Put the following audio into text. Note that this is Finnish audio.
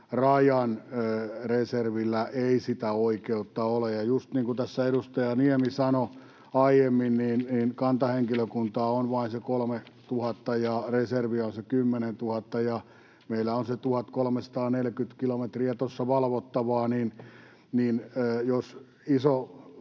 Rajan reservillä ei sitä oikeutta ole. Ja on just niin kuin tässä edustaja Niemi sanoi aiemmin, että kantahenkilökuntaa on vain se 3 000 ja reserviä on se 10 000 ja meillä on se 1 340 kilometriä tuossa valvottavaa, niin että